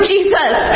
Jesus